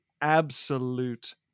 absolute